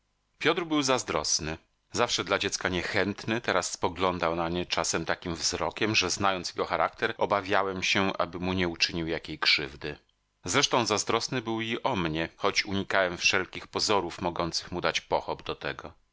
piotr był zazdrosny zawsze dla dziecka niechętny teraz spoglądał na nie czasem takim wzrokiem że znając jego charakter obawiałem się aby mu nie uczynił jakiej krzywdy zresztą zazdrosny był i o mnie choć unikałem wszelkich pozorów mogących mu dać pochop do tego